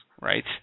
right